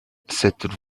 cette